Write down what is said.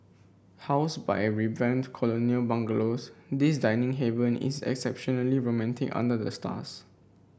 housed by revamped colonial bungalows this dining haven is exceptionally romantic under the stars